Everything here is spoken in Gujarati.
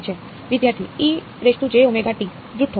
વિદ્યાર્થી જૂથો